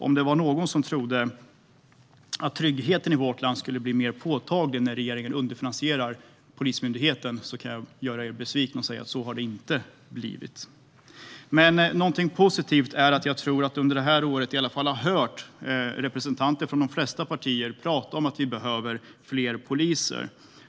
Om det var någon som trodde att tryggheten i vårt land skulle bli mer påtaglig av att regeringen underfinansierar Polismyndigheten kan jag göra dem besvikna och säga att det inte har blivit så. Men något positivt är att jag tror att jag under året i alla fall har hört representanter från de flesta partier prata om att vi behöver fler poliser.